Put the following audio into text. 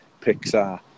Pixar